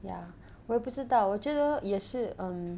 ya 我也不知道我觉得也是 um